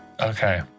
Okay